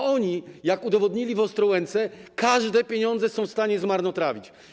a oni, jak udowodnili w Ostrołęce, każde pieniądze są w stanie zmarnotrawić.